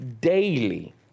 daily